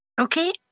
Okay